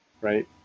right